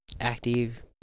active